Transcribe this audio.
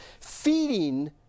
feeding